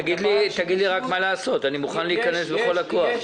תגיד לי רק מה לעשות, אני מוכן להיכנס בכל הכוח.